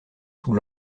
sous